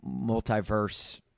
multiverse